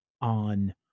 on